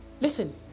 Listen